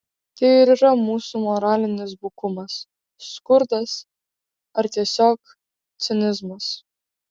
tai ir yra mūsų moralinis bukumas skurdas ar tiesiog cinizmas